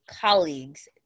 colleagues